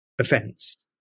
offence